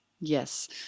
Yes